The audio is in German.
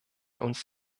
uns